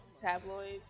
tabloids